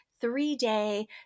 three-day